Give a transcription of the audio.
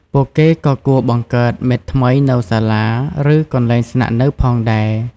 ពួកគេក៏គួរបង្កើតមិត្តថ្មីនៅសាលា ឬកន្លែងស្នាក់នៅផងដែរ។